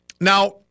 Now